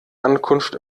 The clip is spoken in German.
ankunft